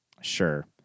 Sure